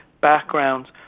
backgrounds